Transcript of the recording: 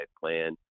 plan